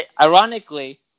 Ironically